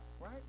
right